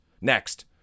Next